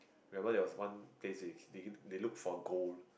remember there was one phase they they keep they looked for gold